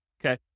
Okay